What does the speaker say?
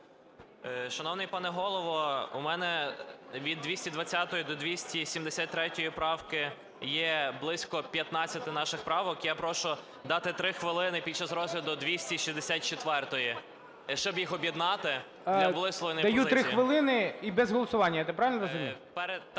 Шановний пане Голово, у мене від 220 до 273 правки є близько 15 наших правок. Я прошу дати 3 хвилини під час розгляду 264-ї, щоб їх об'єднати, для висловлення позиції. ГОЛОВУЮЧИЙ. Даю 3 хвилини. І без голосування, я правильно розумію?